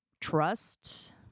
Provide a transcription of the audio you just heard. trust